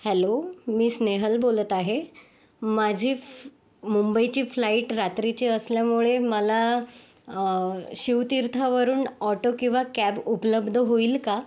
hello मी स्नेहल बोलत आहे माझी मुंबईची फ्लाईट रात्रीची असल्यामुळे मला शिवतीर्थवरून ऑटो किंवा कॅब उपलब्ध होईल का